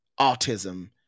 autism